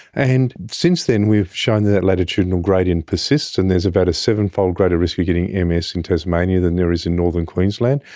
and since then we've shown that that latitudinal gradient persists and there's about a seven-fold greater risk of getting ms in tasmania than there is in northern queensland,